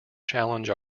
challenge